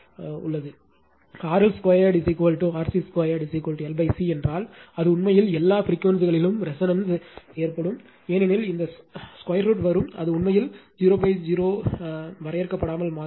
RL2RC2 LC என்றால் அது உண்மையில் எல்லா பிரிக்வேன்சிகளிலும் ரெசோனன்ஸ் ஏற்படுகிறது ஏனெனில் இந்த 2 வரும் அது உண்மையில் 00 வரையறுக்கப்படாமல் மாறும்